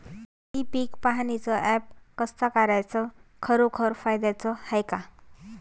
इ पीक पहानीचं ॲप कास्तकाराइच्या खरोखर फायद्याचं हाये का?